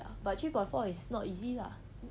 but three point four is not easy lah